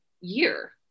year